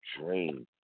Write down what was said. drain